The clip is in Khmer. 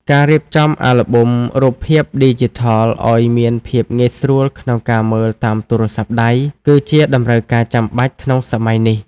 ការរៀបចំអាល់ប៊ុមរូបភាពឌីជីថលឱ្យមានភាពងាយស្រួលក្នុងការមើលតាមទូរស័ព្ទដៃ គឺជាតម្រូវការចាំបាច់ក្នុងសម័យនេះ។